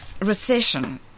recession